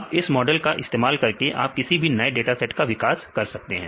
आप इस मॉडल का इस्तेमाल करके आप किसी भी नए डाटा सेट का विकास कर सकते हैं